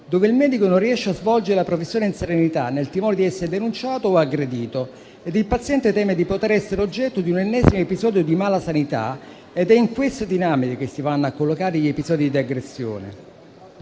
il medico non riesce a svolgere la professione in serenità, nel timore di essere denunciato o aggredito, e il paziente teme di essere oggetto di un ennesimo episodio di malasanità. È in queste dinamiche che si collocano gli episodi di aggressione: